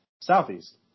southeast